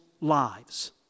lives